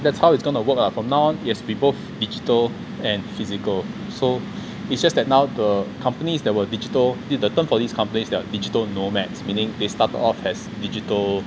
that's how it's going to work ah from now it has to be both digital and physical so it's just that now the companies that were digital the term for these companies are digital nomads meaning they start off as digital